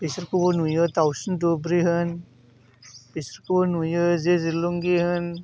बेसोरखौबो नुयो दाउसिन दुब्रि होन बेसोरखौबो नुयो जे जुलुंगि होन